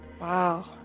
Wow